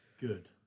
good